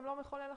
גם לא מחולל החוק,